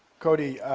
cody,